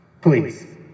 Please